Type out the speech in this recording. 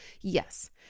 Yes